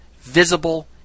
visible